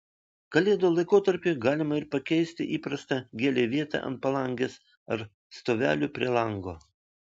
kalėdų laikotarpiui galima ir pakeisti įprastą gėlei vietą ant palangės ar stovelių prie lango